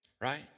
Right